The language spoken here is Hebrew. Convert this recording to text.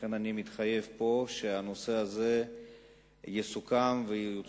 אני מתחייב פה שהנושא הזה יסוכם וההצעה